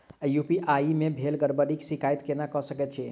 UPI मे भेल गड़बड़ीक शिकायत केना कऽ सकैत छी?